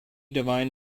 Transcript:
divine